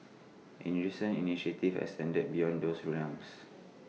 A recent initiative has extended beyond those realms